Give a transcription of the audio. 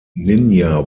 ninja